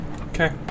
Okay